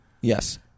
Yes